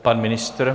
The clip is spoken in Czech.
Pan ministr?